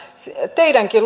teidänkin